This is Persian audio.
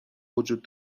وجود